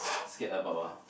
scared about ah